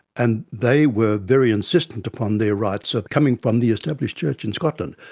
and they were very insistent upon their rights of coming from the established church in scotland,